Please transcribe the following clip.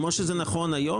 כמו שזה נכון היום,